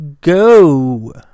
go